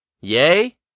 yay